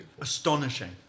Astonishing